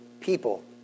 people